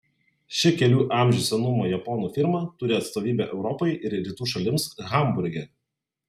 ši kelių amžių senumo japonų firma turi atstovybę europai ir rytų šalims hamburge